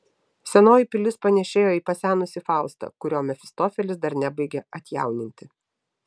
senoji pilis panėšėjo į pasenusį faustą kurio mefistofelis dar nebaigė atjauninti